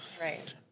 Right